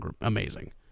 amazing